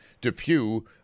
Depew